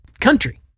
country